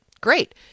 great